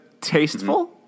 Tasteful